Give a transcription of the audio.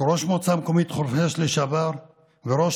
כראש מועצה מקומית חורפיש לשעבר וראש